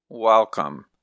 Welcome